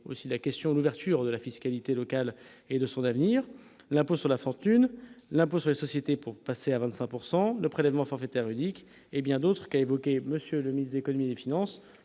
aussi la question de l'ouverture de la fiscalité locale et de son avenir, l'impôt sur la fortune, l'impôt sur les sociétés pour passer à 25 pourcent le le prélèvement forfaitaire unique et bien d'autres, a évoqué monsieur de mise, Économie et finances,